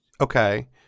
Okay